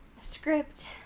script